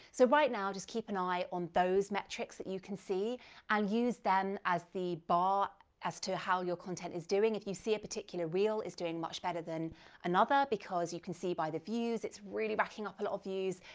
so right now just keep an eye on those metrics that you can see and use them as the bar as to how your content is doing. if you see a particular reel is doing much better than another because you can see by the views, it's really racking up a lot of views,